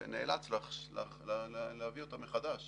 ונאלץ להביא אותה מחדש